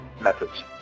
methods